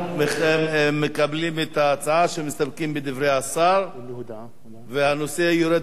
מקבלים את ההצעה שמסתפקים בדברי השר והנושא יורד מסדר-היום.